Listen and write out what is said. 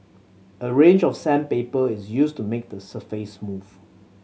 a range of sandpaper is used to make the surface smooth